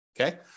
Okay